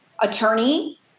attorney